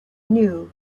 knew